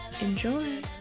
Enjoy